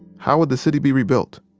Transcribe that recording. how would the city be rebuilt?